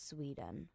Sweden